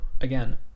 Again